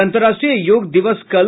और अंतर्राष्ट्रीय योग दिवस कल